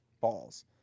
balls